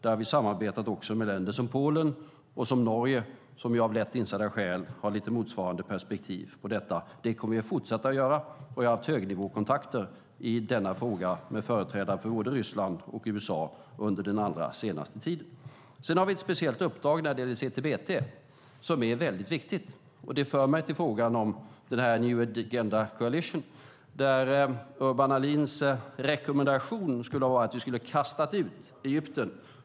Där har vi samarbetat med länder som Polen och Norge, som av lätt insedda skäl har lite motsvarande perspektiv på detta. Det kommer vi att fortsätta att göra. Och vi har haft högnivåkontakter i denna fråga med företrädare för både Ryssland och USA under den allra senaste tiden. Sedan har vi ett speciellt uppdrag när det gäller CTBT som är väldigt viktigt. Det för mig till frågan om New Agenda Coalition. Urban Ahlins rekommendation var att vi skulle kasta ut Egypten.